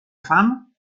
fam